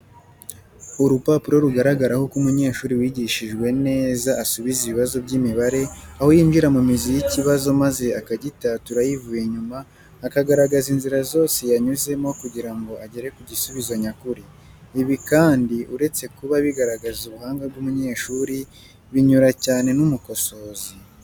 Urupapuro rugaragaraho uko umunyeshuri wigishijwe neza asubiza ibibazo by'imibare, aho yinjira mu mizi y'ikabazo maze akagitatura yivuye inyuma akagaragaza inzira zose yanyuzemo kugira ngo agere kugisubizo nyakuri. Ibi kandi uretse kuba bigaragaza ubuhanga bw'umunyeshuri, binyura cyane n'umukosozi.